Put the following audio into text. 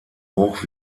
hoch